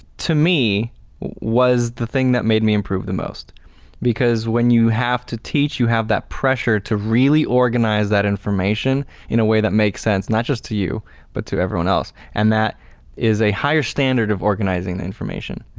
to me was the thing that made me improve the most because when you have to teach, you have that pressure to really organize that information in a way that makes sense, not just to you but to everyone else. and that is a higher standard of organizing the information.